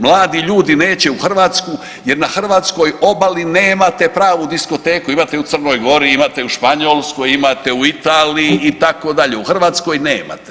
Mladi ljudi neće u Hrvatsku jer na hrvatskoj obali nemate pravu diskoteku, imate u u Crnoj Gori, imate u Španjolskoj, imate u Italiji itd., u Hrvatskoj nemate.